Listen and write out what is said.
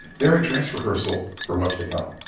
they're a dress rehearsal for what's to come.